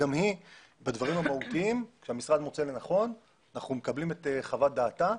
בדברים המהותיים שהמשרד מוצא לנכון הוא מקבל את חוות דעתה,